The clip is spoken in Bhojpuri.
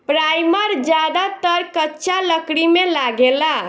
पराइमर ज्यादातर कच्चा लकड़ी में लागेला